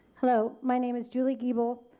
hello my name is julie giebel.